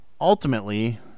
ultimately